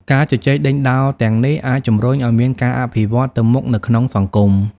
ការជជែកដេញដោលទាំងនេះអាចជំរុញឲ្យមានការអភិវឌ្ឍទៅមុខនៅក្នុងសង្គម។